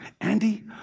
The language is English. Andy